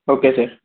okay sir